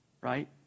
right